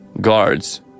guards